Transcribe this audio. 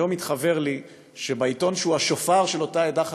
היום התחוור לי שבעיתון שהוא השופר של אותה עדה חרדית,